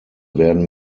werden